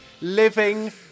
Living